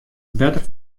better